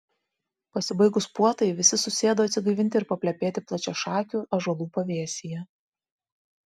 pasibaigus puotai visi susėdo atsigaivinti ir paplepėti plačiašakių ąžuolų pavėsyje